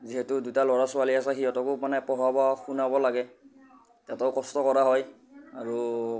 যিহেতু দুটা ল'ৰা ছোৱালী আছে সিহঁতকো মানে পঢ়াব শুনাব লাগে তাতো কষ্ট কৰা হয় আৰু